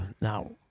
now